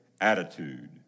attitude